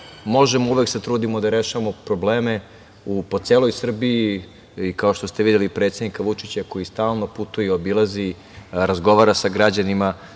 možemo, uvek se trudimo da rešavamo probleme po celoj Srbiji i kao što ste videli i predsednika Vučića, koji stalno putuje i obilazi, razgovara sa građanima.